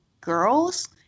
girls—